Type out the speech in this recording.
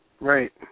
Right